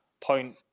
point